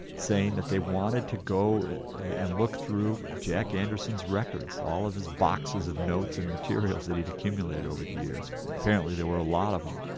saying that they wanted to go and look through jack anderson's records, all of his boxes of notes and materials that he'd accumulated over the years, and apparently there were a lot of them.